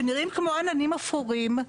שנראים כמו עננים אפורים,